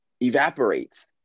evaporates